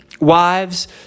Wives